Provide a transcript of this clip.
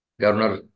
governor